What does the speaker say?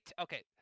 Okay